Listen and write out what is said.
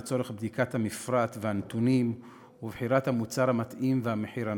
לצורך בדיקת המפרט והנתונים ובחירת המוצר המתאים והמחיר הנכון.